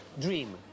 dream